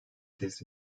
tesis